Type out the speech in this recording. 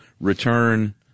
return